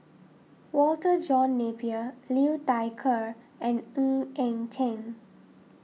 Walter John Napier Liu Thai Ker and Ng Eng Teng